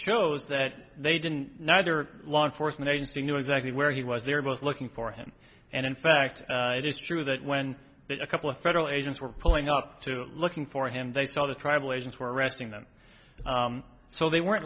shows that they didn't neither law enforcement agency knew exactly where he was they're both looking for him and in fact it is true that when that a couple of federal agents were pulling up to looking for him they saw the tribal agents were arresting them so they weren't